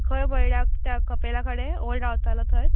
खंय म्हणल्यार त्या कपेला कडेन ओळ रावतालो थंयच